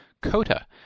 COTA